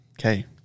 okay